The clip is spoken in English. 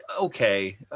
Okay